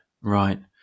right